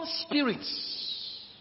spirits